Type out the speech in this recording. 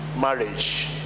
marriage